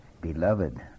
Beloved